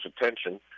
attention